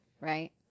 right